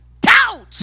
doubt